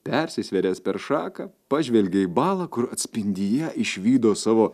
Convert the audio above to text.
persisvėręs per šaką pažvelgė į balą kur atspindyje išvydo savo